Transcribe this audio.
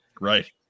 Right